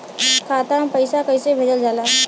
खाता में पैसा कैसे भेजल जाला?